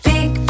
Big